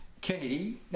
Kennedy